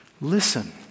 listen